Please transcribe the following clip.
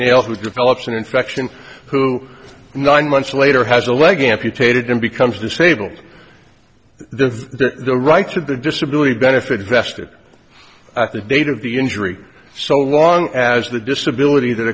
nail who develops an infection who nine months later has a leg amputated and becomes disabled the rights of the disability benefit vested at the date of the injury so long as the disability that